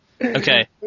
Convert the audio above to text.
Okay